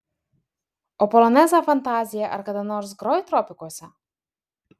o polonezą fantaziją ar kada nors grojai tropikuose